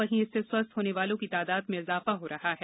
वहीं इससे स्वस्थ होने वालों की तादाद में इजाफा हो रहा है